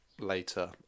later